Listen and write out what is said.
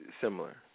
similar